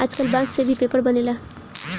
आजकल बांस से भी पेपर बनेला